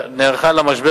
נערכה למשבר